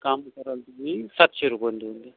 काम कराल तुम्ही सातशे रुपये देऊन द्या